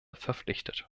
verpflichtet